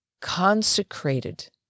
consecrated